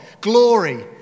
Glory